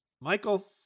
michael